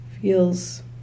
feels